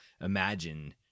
imagine